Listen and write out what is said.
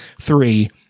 Three